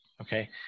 Okay